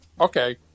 Okay